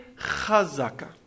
Chazaka